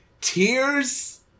tears